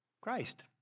Christ